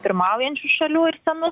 pirmaujančių šalių ir senus